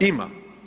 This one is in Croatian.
Ima.